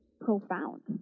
profound